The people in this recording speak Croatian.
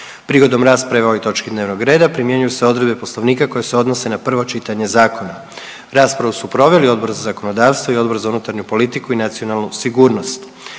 Prigodom rasprave o ovoj točki dnevnog reda primjenjuju se odredbe Poslovnika koje se odnose na prvo čitanje zakona. Raspravu su proveli Odbor za zakonodavstvo i Odbor za unutarnju politiku i nacionalnu sigurnost.